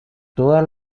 todas